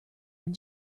when